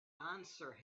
answer